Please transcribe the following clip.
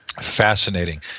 Fascinating